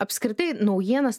apskritai naujienas